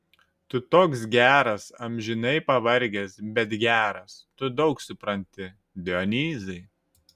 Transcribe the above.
tu toks geras amžinai pavargęs bet geras tu daug supranti dionyzai